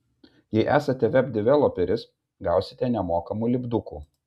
jei esate web developeris gausite nemokamų lipdukų